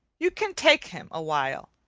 you can take him awhile.